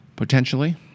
Potentially